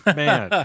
man